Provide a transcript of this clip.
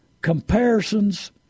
comparisons